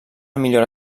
millora